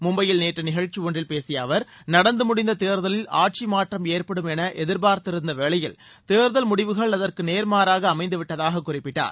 மும்பையில் நேற்று நிகழ்ச்சி ஒன்றில் பேசிய அவர் நடந்து முடிந்த தேர்தலில் ஆட்சி மாற்றம் ஏற்படும் என எதிர்பார்த்திருந்த வேளையில் தேர்தல் முடிவுகள் அதற்கு நேர் மாறாக அமைந்துவிட்டதாக குறிப்பிட்டார்